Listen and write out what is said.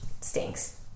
stinks